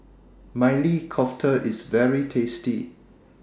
Maili Kofta IS very tasty